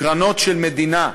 קרנות של מדינה,